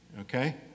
okay